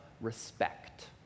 respect